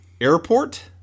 Airport